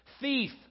thief